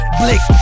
blick